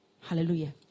Hallelujah